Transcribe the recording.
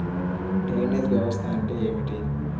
Drainage వ్యవస్థ అంటే ఏమిటి?